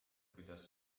kuidas